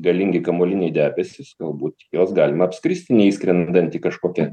galingi kamuoliniai debesys galbūt juos galima apskristi neįskrendant į kažkokią